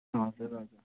हजुर हजुर